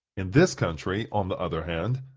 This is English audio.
in this country, on the other hand,